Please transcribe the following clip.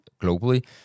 globally